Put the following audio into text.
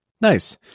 Nice